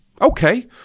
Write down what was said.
Okay